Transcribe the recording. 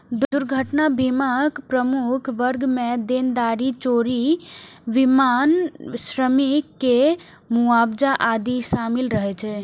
दुर्घटना बीमाक प्रमुख वर्ग मे देनदारी, चोरी, विमानन, श्रमिक के मुआवजा आदि शामिल रहै छै